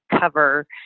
cover